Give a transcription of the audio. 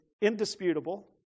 indisputable